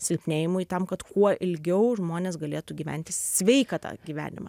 silpnėjimui tam kad kuo ilgiau žmonės galėtų gyventi sveiką tą gyvenimą